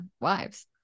wives